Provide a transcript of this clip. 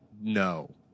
No